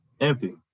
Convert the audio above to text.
Empty